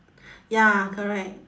ya correct